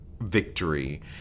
victory